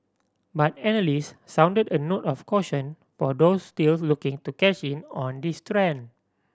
but analyst sounded a note of caution for those still looking to cash in on this trend